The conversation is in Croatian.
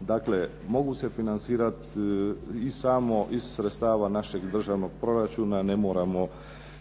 Dakle mogu se financirati i samo iz sredstava našeg državnog proračuna, ne moramo